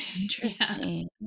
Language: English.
Interesting